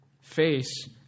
face